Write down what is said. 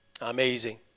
Amazing